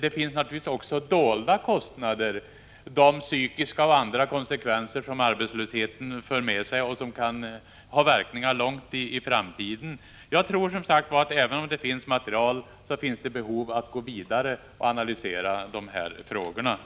Det finns naturligtvis också dolda kostnader, t.ex. de psykiska och andra konsekvenser som arbetslösheten för med sig och som kan ha verkningar långt in i framtiden. Jag tror att även om det redan finns mycket material så finns det behov av att gå vidare och analysera dessa frågor. miska